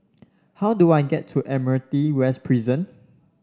how do I get to Admiralty West Prison